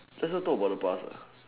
let's not talk about the past